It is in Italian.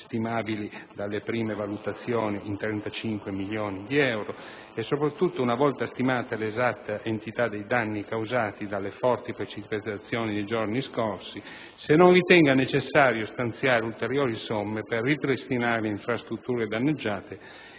stimabili - dalle prime valutazioni - in 35 milioni di euro, e soprattutto, una volta stimata l'esatta entità dei danni causati dalle forti precipitazioni dei giorni scorsi, se non ritenga necessario stanziare ulteriori somme per ripristinare le infrastrutture danneggiate